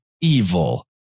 evil